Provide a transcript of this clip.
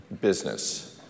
business